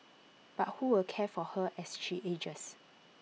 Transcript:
but who will care for her as she ages